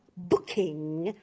booking.